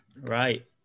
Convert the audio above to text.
right